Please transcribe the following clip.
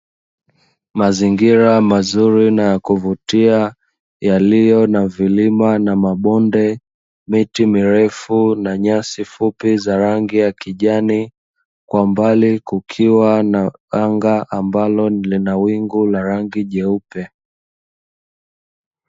Mazingira mazuri na kuvutia yaliyo na vilima na mabonde, miti mirefu na nyasi fupi za rangi ya kijani kwa mbali kukiwa na anga ambalo lina wingu la rangi jeupe.